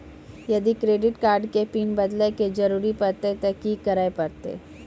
यदि credit card के PIN बदले के जरूरी परतै ते की करे परतै?